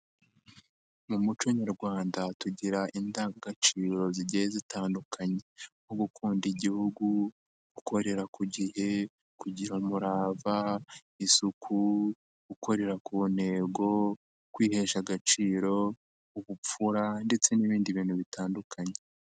Mu muco nyarwanda tugira indangagaciro zigiye zitandukanye nko gukunda Igihugu gukorera ku gihe, kugira umurava, isuku, gukorera ku ntego, kwihesha agaciro, ubupfura ndetse n'ibindi bintu bitandukanye.